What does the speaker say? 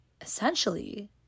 essentially